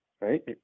Right